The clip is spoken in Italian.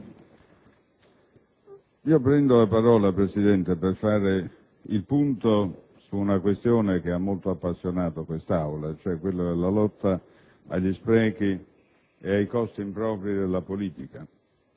prendo la parola per fare il punto su una questione che ha molto appassionato quest'Assemblea: la lotta agli sprechi e ai costi impropri della politica.